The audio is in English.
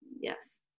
yes